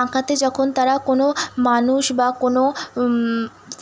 আঁকাতে যখন তারা কোনও মানুষ বা কোনও